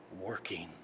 working